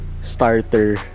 starter